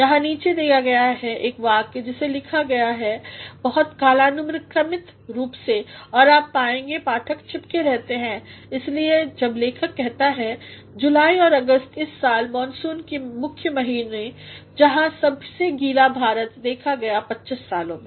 यहाँ नीचेदिया गया है एक वाक्य जिसे लेखा गया है बहुत कालनुक्रमित रूप से और आप पाएंगे पाठक चिपके रहता है इससे जब लेखक कहता है जुलाई और अगस्त इस साल मानसून के मुख्य महीनें जहाँ सबसे गीला भारत देखा गया २५ सालों में